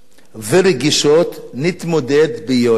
ורגישות נתמודד ביושר,